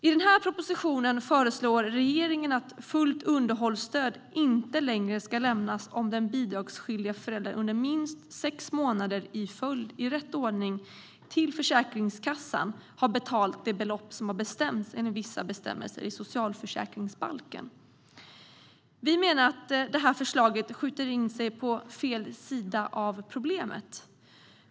I den här propositionen föreslår regeringen att fullt underhållsstöd inte längre ska lämnas om den bidragsskyldiga föräldern under minst sex månader i följd, i rätt ordning, till Försäkringskassan har betalat det belopp som har bestämts enligt vissa bestämmelser i socialförsäkringsbalken. Vi menar att det här förslaget skjuter in sig på fel sida av problemet.